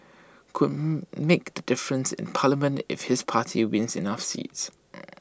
could make the difference in parliament if his party wins enough seats